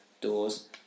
doors